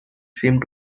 seem